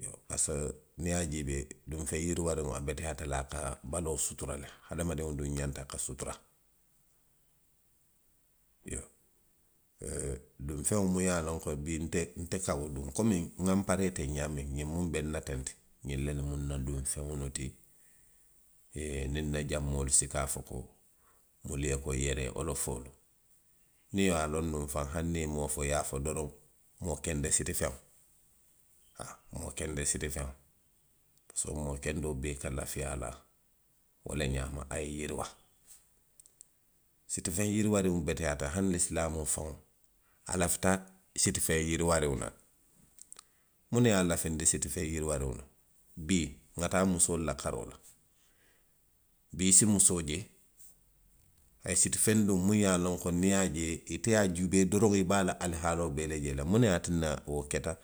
Iyoo, a se, niŋ i ye a jiibee, ňiŋ feŋ yiriwaariŋo, a beteyaata le. a ka baloo sutura le. Hadamadiŋo duŋ ňanta ka sutura. Iyoo, ooo feŋo miŋ ye a loŋ ko bii nte sawoo komi, nŋa nparee teŋ ňaamiŋ, ňiŋ mu be nna tentiŋ, ňiŋ lelu mu nna duŋ feŋolu ti. nniŋ jaŋ moolu si ka a fo ko. wo, o yere olofoo. miŋ ye a loŋ ko hani i maŋ wo fo, i ye a fo doroŋ. moo kende sitifeŋo, haa, moo kende sitifeŋo, pisiko moo kendoolu bee ka lafi a la, wo le ňaama, a ye yiriwaa. Sitifeŋ yiriwaariŋo beteyaata, hani i si naa wo fo, a lafita sitifeŋ yiriwaarioŋo le la, muŋ ne ye a lafindi siti feŋ yiriwaariŋo la? Bii, nŋa taa musoolu la karoo la. Bii i si musoo je. a ye sitifeŋo duŋ muŋ ye a loŋ ko niŋ i ye a je, ite ye a jiibee dorow, i be a la alihaaloo bee le je la. Muŋ ne ye a tinna wo keta?